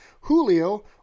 Julio